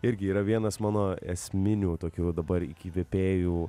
irgi yra vienas mano esminių tokių va dabar įkvėpėjų